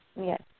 Yes